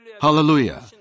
Hallelujah